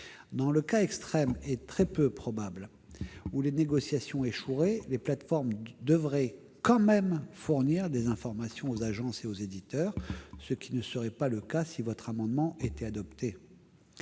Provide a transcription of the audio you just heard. Dans le cas extrême, et très peu probable, où les négociations échoueraient, les plateformes devraient quand même fournir des informations aux agences et aux éditeurs, ce qui ne serait pas le cas si cet amendement était adopté.